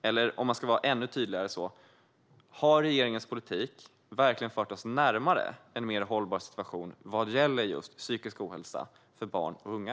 Eller om man ska vara ännu tydligare: Har regeringens politik verkligen fört oss närmare en mer hållbar situation vad gäller just psykisk ohälsa hos barn och unga?